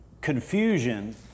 Confusion